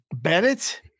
Bennett